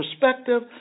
perspective